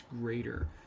greater